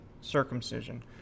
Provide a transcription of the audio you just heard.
circumcision